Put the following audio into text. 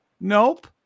Nope